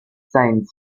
sáenz